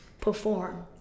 perform